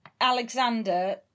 Alexander